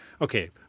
Okay